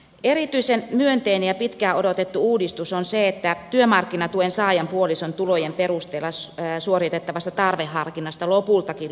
erityisen myönteinen ja pitkään odotettu uudistus on se että työmarkkinatuen saajan puolison tulojen perusteella suoritettavasta tarveharkinnasta lopultakin luovutaan